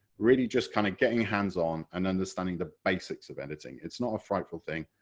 really just kind of getting hands on and understanding the basics of editing, it's not a frightening thing,